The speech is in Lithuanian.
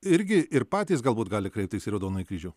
irgi ir patys galbūt gali kreiptis į raudonąjį kryžių